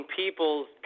people's